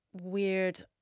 weird